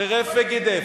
חירף וגידף.